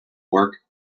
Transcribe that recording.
work